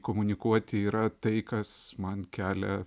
komunikuoti yra tai kas man kelia